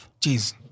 Jeez